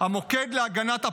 המוקד להגנת הפרט,